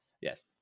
yes